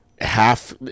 Half